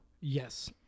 Yes